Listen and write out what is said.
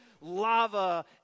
lava